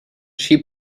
she